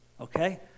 okay